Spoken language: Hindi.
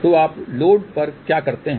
तो आप लोड पर क्या करते हैं